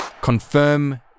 Confirm